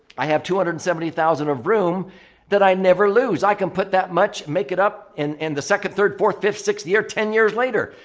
i have two hundred and seventy thousand of room that i never lose. i can put that much make it up in and the second, third, fourth, fifth, sixth year, ten years later.